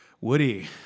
Woody